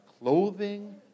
clothing